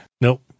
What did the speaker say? Nope